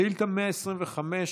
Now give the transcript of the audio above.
שאילתה 125,